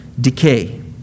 decay